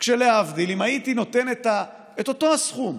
להבדיל, אם את אותו הסכום,